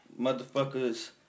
motherfuckers